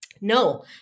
no